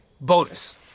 bonus